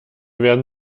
werden